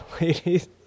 ladies